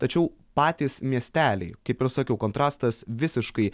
tačiau patys miesteliai kaip ir sakiau kontrastas visiškai